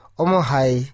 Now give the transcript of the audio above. omohai